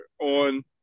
on